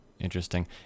interesting